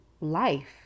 life